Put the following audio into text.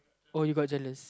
oh you got jealous